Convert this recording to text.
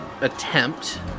attempt